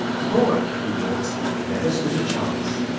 dvorak keyboards never stood a chance.